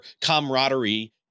camaraderie